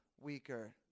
weaker